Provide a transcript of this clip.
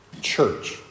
church